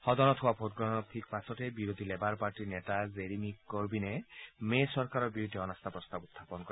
সদনত হোৱা ভোটগ্ৰহণৰ ঠিক পাছতেই বিৰোধী লেবাৰ পাৰ্টীৰ নেতা জেৰিমি কৰ্বিনে মে চৰকাৰৰ বিৰুদ্ধে অনাস্থা প্ৰস্তাৱ উখাপন কৰে